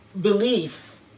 belief